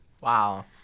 wow